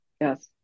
Yes